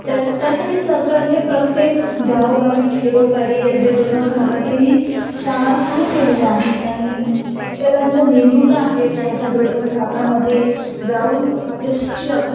त्या त्यासाठी सरकारने प्रत्येक गावोगावी खेडोपाडी अगदी दुर्गम भागातही शाळा सुरू केलेल्या आहेत आणि शिक्षकांच्या नेमणुका आहे ते अशा दुर्गम भागामध्ये जाऊन आपले शिक्षक